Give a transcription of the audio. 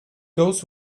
goes